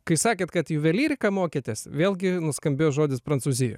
kai sakėt kad juvelyrika mokytės vėlgi nuskambėjo žodis prancūzija